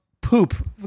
poop